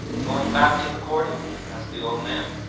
going back to the cordon asked the old man.